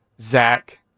Zach